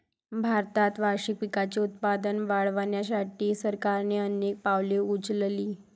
भारतात वार्षिक पिकांचे उत्पादन वाढवण्यासाठी सरकारने अनेक पावले उचलली